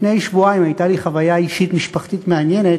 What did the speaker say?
לפני שבועיים הייתה לי חוויה אישית משפחתית מעניינת.